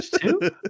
two